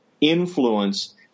influence